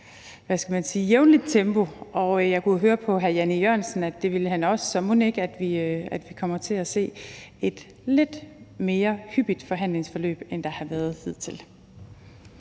jeg kunne høre på hr. Jan E. Jørgensen, at det vil han også, så mon ikke vi kommer til at se lidt mere hyppige forhandlinger, end der har været hidtil.